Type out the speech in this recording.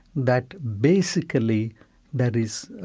that basically that is,